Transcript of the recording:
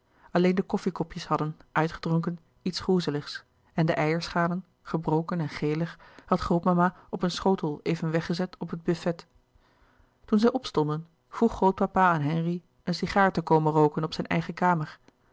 alleen de koffie kopjes hadden uitgedronken iets groezeligs en de eierschalen gebroken en gelig had grootmama op een schotel even weggezet op het buffet toen zij opstonden vroeg grootpapa aan henri een sigaar te komen rooken op zijn eigene kamer